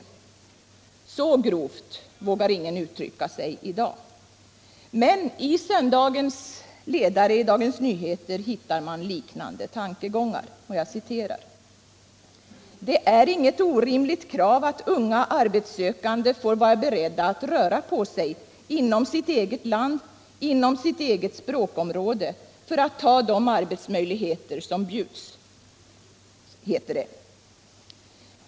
Så grovt vågar ingen uttrycka sig i dag. Men i söndagens ledare i Dagens Nyheter hittar man liknande tankegångar: ”Det är inget orimligt krav att unga arbetssökande får vara beredda att röra på sig inom sitt eget land, inom sitt eget språkområde för att ta de arbetsmöjligheter som bjuds”, heter det.